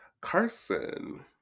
Carson